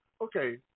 Okay